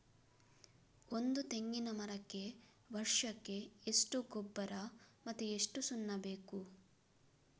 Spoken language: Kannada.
ಒಂದು ತೆಂಗಿನ ಮರಕ್ಕೆ ವರ್ಷಕ್ಕೆ ಎಷ್ಟು ಗೊಬ್ಬರ ಮತ್ತೆ ಎಷ್ಟು ಸುಣ್ಣ ಬೇಕು?